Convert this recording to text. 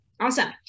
awesome